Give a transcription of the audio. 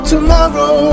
Tomorrow